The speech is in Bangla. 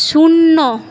শূন্য